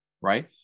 right